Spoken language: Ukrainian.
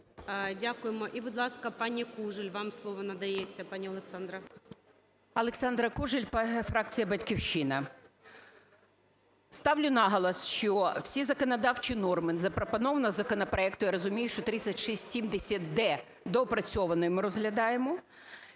Дякуємо. І, будь ласка, пані Кужель. Вам слово надається, пані Олександра. 17:32:47 КУЖЕЛЬ О.В. Олександра Кужель, фракція "Батьківщина". Ставлю наголос, що всі законодавчі норми в запропонованому законопроекті, розумію, що 3670-д доопрацьований ми розглядаємо,